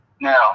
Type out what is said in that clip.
Now